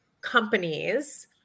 companies